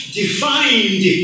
defined